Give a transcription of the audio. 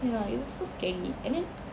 ya it was so scary and then